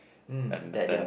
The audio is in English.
and attend